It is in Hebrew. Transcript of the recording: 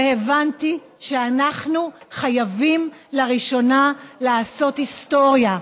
והבנתי שאנחנו חייבים לראשונה לעשות היסטוריה.